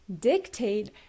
dictate